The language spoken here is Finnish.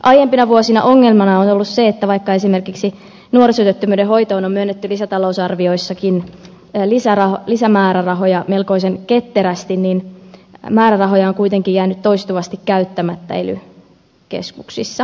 aiempina vuosina ongelmana on ollut se että vaikka esimerkiksi nuorisotyöttömyyden hoitoon on myönnetty lisätalousarvioissakin lisämäärärahoja melkoisen ketterästi niin määrärahoja on kuitenkin jäänyt toistuvasti käyttämättä ely keskuksissa